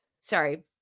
Sorry